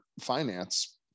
finance